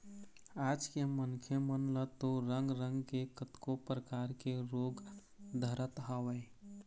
आज के मनखे मन ल तो रंग रंग के कतको परकार के रोग धरत हवय